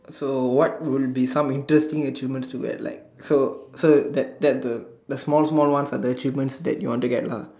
so what would be some interesting achievement to get like so so that that the the small small one for the achievement that you want to get lah